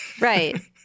Right